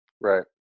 Right